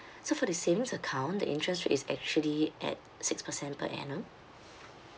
so for the same account the interest is actually at six percent per annum